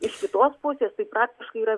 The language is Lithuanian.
iš kitos pusės tai praktiškai yra